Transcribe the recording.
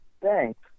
Thanks